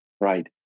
right